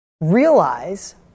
Realize